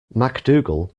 macdougall